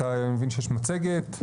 אני מבין שיש מצגת.